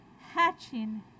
hatching